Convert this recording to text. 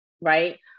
right